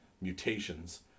mutations